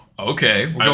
Okay